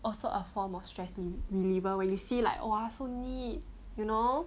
also a form of stress reliever when you see like !wah! so neat you know